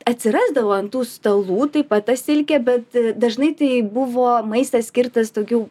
atsirasdavo ant tų stalų taip pat ta silkė bet dažnai tai buvo maistas skirtas daugiau